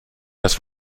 das